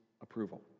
approval